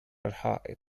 الحائط